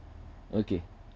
okay